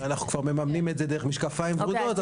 אנחנו מממנים את זה כבר דרך משקפיים ורודות.